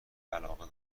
علاقه